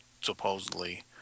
Supposedly